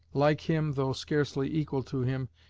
like him, though scarcely equal to him,